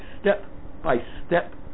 step-by-step